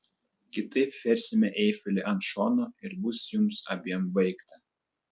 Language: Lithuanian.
kitaip versime eifelį ant šono ir bus jums abiem baigta